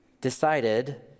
decided